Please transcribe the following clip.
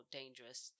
dangerous